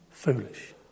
foolish